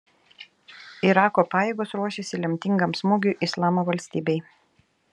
irako pajėgos ruošiasi lemtingam smūgiui islamo valstybei